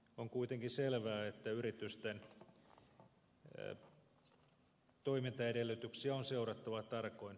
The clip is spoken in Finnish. on kuitenkin selvää että yritysten toimintaedellytyksiä on seurattava tarkoin